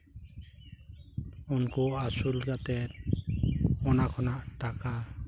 ᱩᱱᱠᱩ ᱟᱹᱥᱩᱞ ᱠᱟᱛᱮᱫ ᱚᱱᱟ ᱠᱷᱚᱱᱟᱜ ᱴᱟᱠᱟ